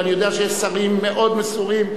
ואני יודע שיש שרים מאוד מסורים,